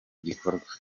gikorwa